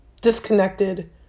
Disconnected